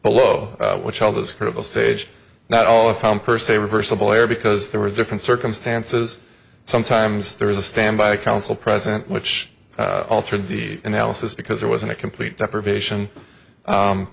below which held as critical stage not all are found per se reversible error because there were different circumstances sometimes there was a standby counsel present which altered the analysis because there wasn't a complete deprivation